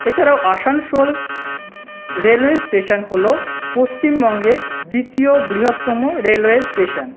এছাড়াও Asansol railway station হল পশ্চিমবঙ্গের দ্বিতীয় বৃহত্তম রেলওয়ে স্টেশন